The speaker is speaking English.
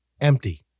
empty